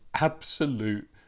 absolute